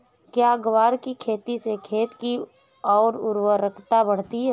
क्या ग्वार की खेती से खेत की ओर उर्वरकता बढ़ती है?